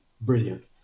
brilliant